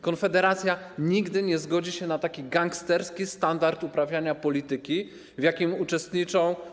Konfederacja nigdy nie zgodzi się na taki gangsterski standard uprawiania polityki, w jakim uczestniczą.